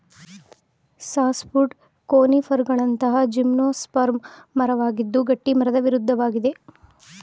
softwood ಕೋನಿಫರ್ಗಳಂತಹ gymnosperm ಮರವಾಗಿದ್ದು ಗಟ್ಟಿಮರದ ವಿರುದ್ಧವಾಗಿದೆ